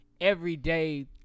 everyday